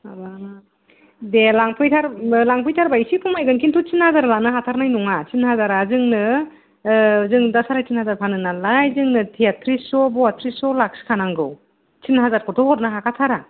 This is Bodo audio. हाबाब दे लांफैथार लांफैथारबा एसे खमायगोन खिनतु तिन हाजार लानो हाथारनाय नङा तिन हाजारा जोंनो जों दा सारायतिन हाजार फानो नालाय जोंनो तेयाथ्रियस' बयाथ्रिसस' लाखिखानांगौ तिन हाजारखौथ' हरनो हाखा थारा